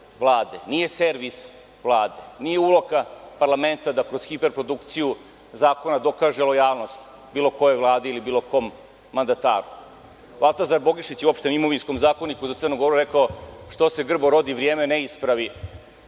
Vlade, nije servis Vlade. Nije uloga parlamenta da kroz hiperprodukciju zakona dokaže lojalnost bilo kojoj Vladi ili bilo kom mandataru. Valtazar Bogišić je u Opštem imovinskom zakoniku za Crnu Goru rekao: „Što se grbo rodi, vrijeme ne ispravi“,